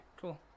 cool